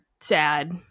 sad